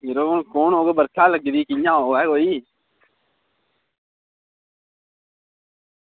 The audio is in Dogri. यरो बर्खा लग्गी दी कियां आवै कोई